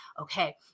okay